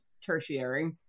tertiary